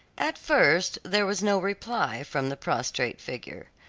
at first there was no reply from the prostrate figure.